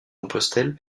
compostelle